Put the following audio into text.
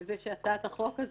וזה שהצעת החוק הזאת,